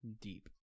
Deep